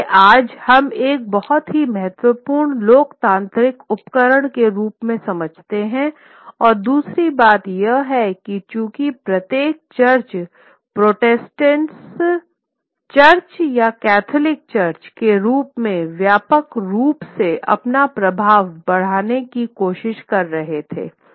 जिसे आज हम एक बहुत ही महत्वपूर्ण लोकतांत्रिक उपकरण के रूप में समझते हैं और दूसरी बात यह है कि चूंकि प्रत्येक चर्च प्रोटेस्टेंट चर्च या कैथोलिक चर्च वे यूरोप में व्यापक रूप से अपना प्रभाव बढ़ाने की कोशिश कर रहे थे